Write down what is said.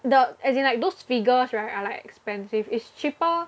the as in like those figures right are like expensive it's cheaper